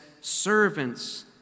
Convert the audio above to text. servants